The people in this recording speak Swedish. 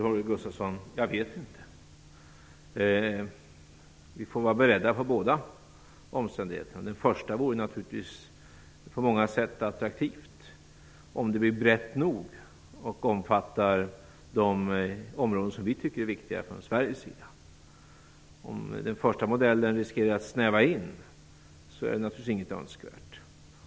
Fru talman! Jag vet inte. Vi får vara beredda på båda omständigheterna. Den första vore naturligtvis på många sätt attraktiv, om agendan blir bred nog och omfattar de områden som vi tycker är viktiga från Sveriges sida. Om den första modellen riskerar att snäva in diskussionerna är den naturligtvis inte önskvärd.